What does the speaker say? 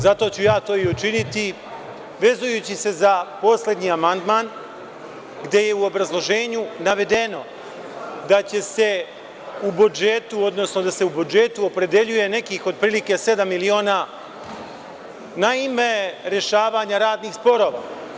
Zato ću ja to i učiniti, vezujući se za poslednji amandman gde je u obrazloženju navedeno da će se u budžetu, odnosno da se u budžetu opredeljuje nekih sedam miliona na ime rešavanja raznih sporova.